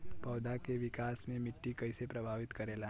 पौधा के विकास मे मिट्टी कइसे प्रभावित करेला?